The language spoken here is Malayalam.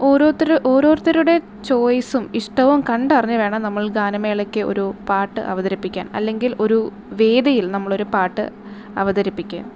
ഓരോരുത്തർ ഓരോരുത്തരുടെ ചോയ്സും ഇഷ്ടവും കണ്ടറിഞ്ഞു വേണം നമ്മള് ഗാനമേളയ്ക്ക് ഒരു പാട്ട് അവതരിപ്പിക്കാന് അല്ലെങ്കില് ഒരു വേദിയില് നമ്മളൊരു പാട്ട് അവതരിപ്പിക്കാന്